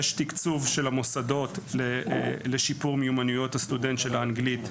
יש תקצוב של המוסדות לשיפור מיומנויות האנגלית של הסטודנט,